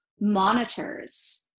monitors